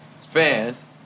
fans